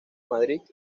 madrid